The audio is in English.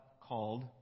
called